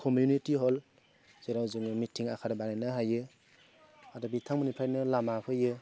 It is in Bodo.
कमिउनिटि हल जेराव जोङो मिटि आरि बानायनो हायो आरो बिथांमोननिफ्रायनो लामा फैयो